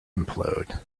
implode